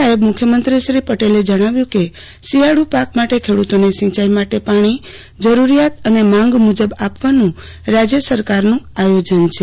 નાયબ મુખ્યમંત્રી પટેલે એ ઉમેર્યું કે શિયાળુ પાક માટે પણ ખેડૂતોને સિંચાઇ માટે પાણી ખેડૂતોની જરૂરિયાત અને માંગ મુજબ આપવાનું રાજય સરકારનું આયોજન છે